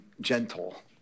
gentle